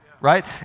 right